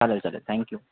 चालेल चालेल थँक्यू